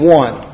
one